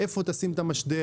איפה תשים את המשדר